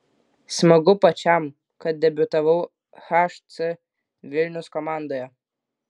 smagu pačiam kad debiutavau hc vilnius komandoje